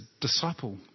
disciple